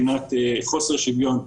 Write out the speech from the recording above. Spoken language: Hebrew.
חששות כבדים לכל הכיוונים,